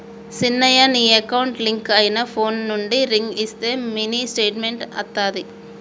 సిన్నయ నీ account link అయిన ఫోన్ నుండి రింగ్ ఇస్తే మినీ స్టేట్మెంట్ అత్తాదిరా